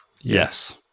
yes